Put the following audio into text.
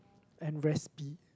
and raspy